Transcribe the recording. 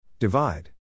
Divide